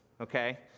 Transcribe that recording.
okay